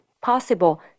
Possible